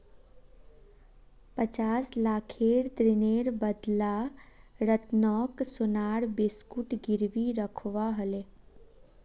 पचास लाखेर ऋनेर बदला रतनक सोनार बिस्कुट गिरवी रखवा ह ले